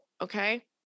okay